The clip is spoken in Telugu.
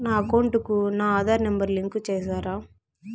నా అకౌంట్ కు నా ఆధార్ నెంబర్ లింకు చేసారా